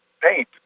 paint